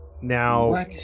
now